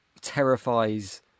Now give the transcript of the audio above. terrifies